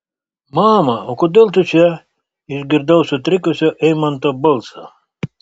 mama o kodėl tu čia išgirdau sutrikusio eimanto balsą